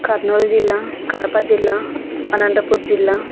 కర్నూల్ జిల్లా కడప జిల్లా అనంతపూర్ జిల్లా